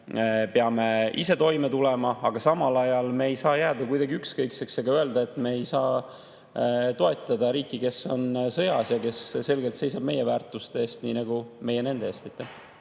peame ise toime tulema, aga samal ajal me ei saa jääda kuidagi ükskõikseks ega öelda, et me ei saa toetada riiki, kes on sõjas ja kes selgelt seisab meie väärtuste eest nii nagu meie nende eest.